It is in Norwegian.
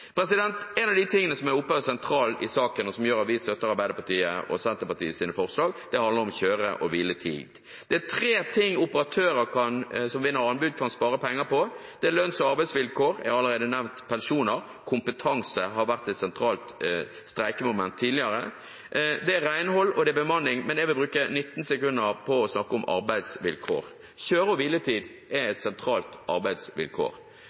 av det som er sentralt i saken, og som gjør at vi støtter Arbeiderpartiets og Senterpartiets forslag, handler om kjøre- og hviletid. Det er tre ting operatører som vinner anbud, kan spare penger på, og det er lønns- og arbeidsvilkår – jeg har allerede nevnt pensjoner – kompetanse har vært et sentralt streikemoment tidligere, det er renhold, og det er bemanning, men jeg vil bruke 19 sekunder på å snakke om arbeidsvilkår. Kjøre- og hviletid er et sentralt arbeidsvilkår.